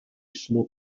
slow